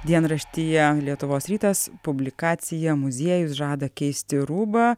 dienraštyje lietuvos rytas publikacija muziejus žada keisti rūbą